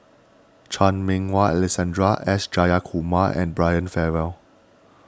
Chan Meng Wah Alexander S Jayakumar and Brian Farrell